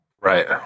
Right